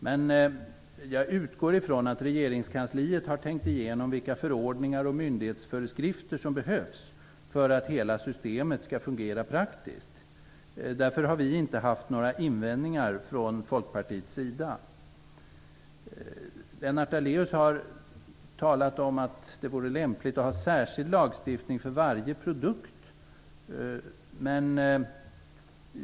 Men jag utgår ifrån att regeringskansliet har tänkt igenom vilka förordningar och myndighetsföreskrifter som behövs för att hela systemet skall fungera praktiskt. Därför har inte Folkpartiet haft några invändningar. Lennart Daléus talade om att det vore lämpligt med en särskild lagstiftning för varje produkt.